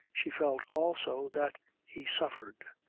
she felt also that he suffered.